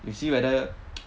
we see whether